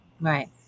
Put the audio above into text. right